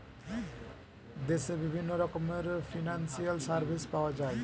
দেশে বিভিন্ন রকমের ফিনান্সিয়াল সার্ভিস পাওয়া যায়